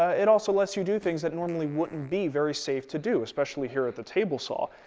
it also lets you do things that normally wouldn't be very safe to do, especially here at the table saw.